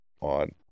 on